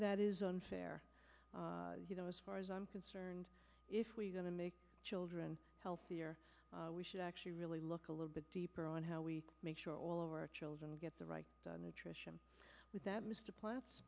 that is unfair you know as far as i'm concerned if we're going to make children healthier we should actually really look a little bit deeper on how we make sure all of our children get the right the nutrition that mr platts